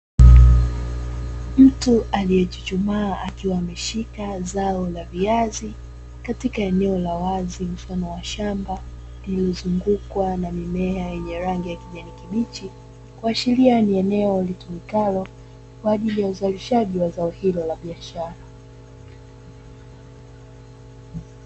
Mtu aliyechuchumaa ameshika zao la viazi katika eneo la wazi mfano wa shamba iliyozungukwa na mimea yenye rangi ya kijani kibichi. Kuashiria kuwa ni eneo litumikalo kwa ajili ya uzalishaji wa zao hilo la biashara.